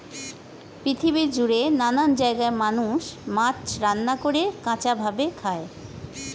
পৃথিবী জুড়ে নানান জায়গায় মানুষ মাছ রান্না করে, কাঁচা ভাবে খায়